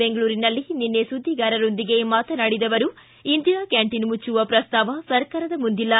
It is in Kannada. ಬೆಂಗಳೂರಿನಲ್ಲಿ ನಿನ್ನೆ ಸುದ್ದಿಗಾರರೊಂದಿಗೆ ಮಾತನಾಡಿದ ಅವರು ಇಂದಿರಾ ಕ್ಯಾಂಟನ್ ಮುಚ್ಚುವ ಪ್ರಸ್ತಾವ ಸರ್ಕಾರದ ಮುಂದೆ ಇಲ್ಲ